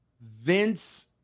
Vince